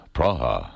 Praha